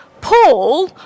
Paul